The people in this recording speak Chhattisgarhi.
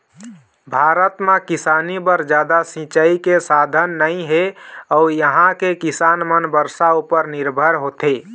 भारत म किसानी बर जादा सिंचई के साधन नइ हे अउ इहां के किसान मन बरसा उपर निरभर होथे